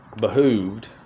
behooved